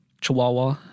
chihuahua